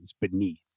beneath